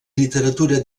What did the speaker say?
literatura